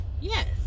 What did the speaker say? Yes